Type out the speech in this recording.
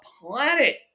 planet